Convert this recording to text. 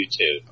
YouTube